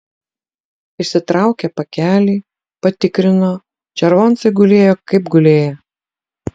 išsitraukė pakelį patikrino červoncai gulėjo kaip gulėję